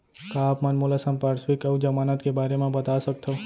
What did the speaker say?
का आप मन मोला संपार्श्र्विक अऊ जमानत के बारे म बता सकथव?